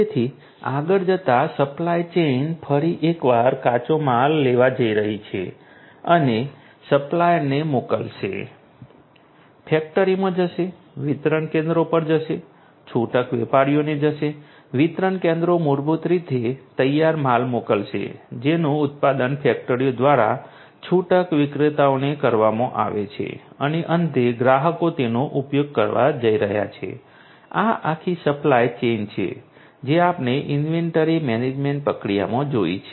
તેથી આગળ જતાં સપ્લાય ચેઇન ફરી એકવાર કાચો માલ લેવા જઈ રહી છે તેને સપ્લાયરને મોકલશે ફેક્ટરીમાં જશે વિતરણ કેન્દ્રો પર જશે છૂટક વેપારીઓને જશે વિતરણ કેન્દ્રો મૂળભૂત રીતે તૈયાર માલ મોકલશે જેનું ઉત્પાદન ફેક્ટરીઓ દ્વારા છૂટક વિક્રેતાઓને કરવામાં આવે છે અને અંતે ગ્રાહકો તેનો ઉપયોગ કરવા જઈ રહ્યા છે આ આ આખી સપ્લાય ચેઈન છે જે આપણે ઈન્વેન્ટરી મેનેજમેન્ટ પ્રક્રિયામાં જોઈ છે